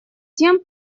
тем